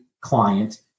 client